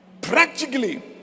practically